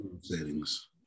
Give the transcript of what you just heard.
settings